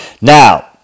Now